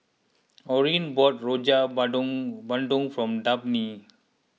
Orene bought Rojak Bandung Bandung for Dabney